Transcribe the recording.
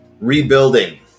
rebuilding